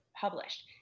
published